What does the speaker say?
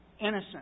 innocent